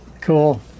Cool